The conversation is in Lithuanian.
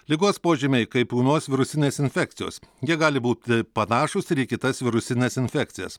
ligos požymiai kaip ūmios virusinės infekcijos jie gali būti panašūs į kitas virusines infekcijas